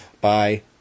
Bye